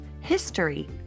history